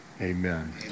Amen